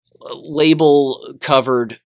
label-covered